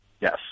Yes